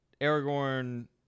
Aragorn